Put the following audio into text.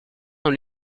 dans